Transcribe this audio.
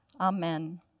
Amen